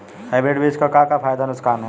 Hybrid बीज क का फायदा नुकसान ह?